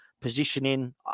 positioning